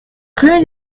rue